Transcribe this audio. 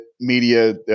media